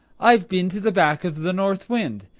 i've been to the back of the north wind.